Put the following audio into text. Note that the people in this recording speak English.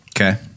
Okay